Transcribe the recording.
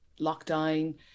lockdown